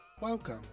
Welcome